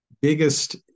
Biggest